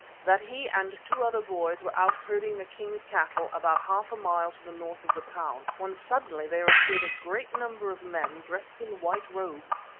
that he and two other boys were out herding the king's cattle about half a mile to the north of the town, when suddenly there appeared a great number of men dressed in white robes,